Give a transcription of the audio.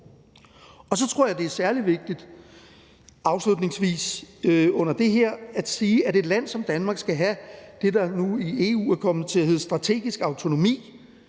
Og så tror jeg, det er særlig vigtigt afslutningsvis under det her at sige, at et land som Danmark skal have det, der nu i EU er kommet til at hedde strategisk autonomi.